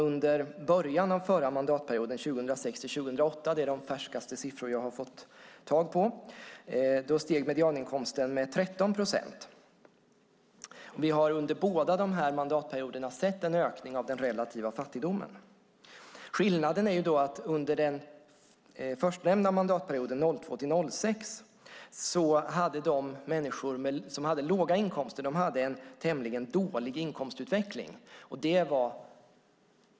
Under början av mandatperioden 2006-2008 - det är de färskaste siffror jag har - steg medianinkomsten med 13 procent. Under båda de mandatperioderna har vi sett en ökning av den relativa fattigdomen. Skillnaden är att under mandatperioden 2002-2006 hade de människor som hade låga inkomster tämligen dålig inkomstutveckling.